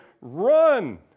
run